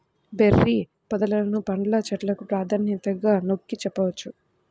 berry పొదలను పండ్ల చెట్లకు ప్రాధాన్యతగా నొక్కి చెప్పవచ్చు